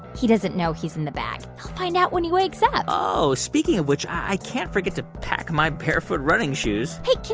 he doesn't know he's in the bag. he'll find out when he wakes up oh, speaking of which, i can't forget to pack my barefoot running shoes hey,